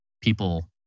people